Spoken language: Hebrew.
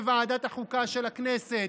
בוועדת החוקה של הכנסת.